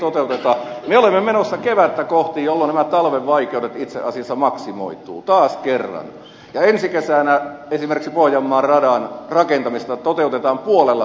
me olemme menossa kevättä kohti jolloin nämä talven vaikeudet itse asiassa maksimoituvat taas kerran ja ensi kesänä esimerkiksi pohjanmaan radan rakentamista toteutetaan puolella teholla